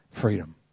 freedom